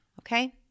okay